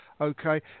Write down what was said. okay